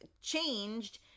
changed